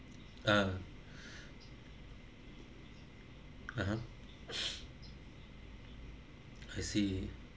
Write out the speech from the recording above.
uh (uh huh) I see